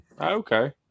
Okay